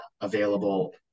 available